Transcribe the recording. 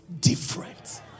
different